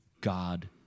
God